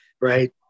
Right